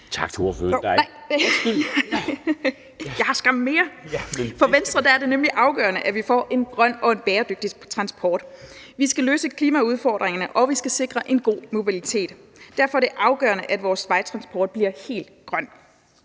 Tak til ordføreren). Nej, jeg har skam mere (munterhed). For Venstre er det nemlig afgørende, at vi får en grøn og bæredygtig transport. Vi skal løse klimaudfordringerne, og vi skal sikre en god mobilitet. Derfor er det afgørende, at vores vejtransport bliver helt grøn.